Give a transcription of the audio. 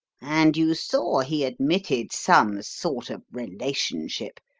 and you saw he admitted some sort of relationship,